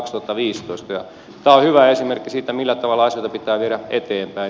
tämä on hyvä esimerkki siitä millä tavalla asioita pitää viedä eteenpäin